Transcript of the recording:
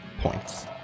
points